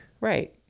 right